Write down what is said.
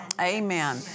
Amen